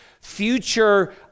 future